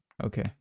Okay